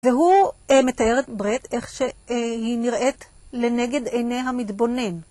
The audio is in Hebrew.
והוא מתאר את ברט איך שהיא נראית לנגד עיני המתבונן.